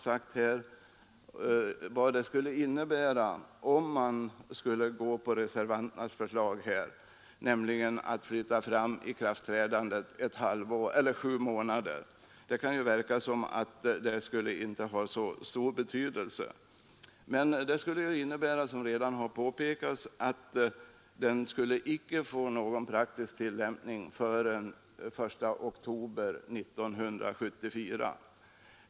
Han framhöll vad det skulle innebära att gå på reservanternas förslag och framflytta ikraftträdandet 7 månader. Det kunde förefalla som om detta inte hade så stor betydelse, men som redan påpekats skulle det medföra att lagen inte skulle få någon praktisk betydelse förrän den 1 oktober 1974.